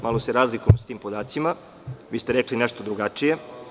Malo se razlikujemo sa tim podacima, vi ste rekli nešto drugačije.